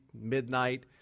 midnight